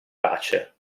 pace